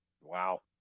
Wow